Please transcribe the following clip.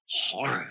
horror